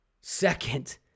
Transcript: Second